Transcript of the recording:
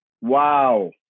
Wow